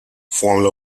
formula